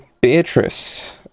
Beatrice